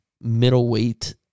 middleweight